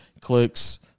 Clicks